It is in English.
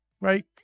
right